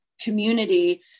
community